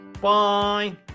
Bye